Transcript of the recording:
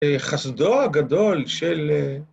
חסדו הגדול של...